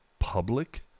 public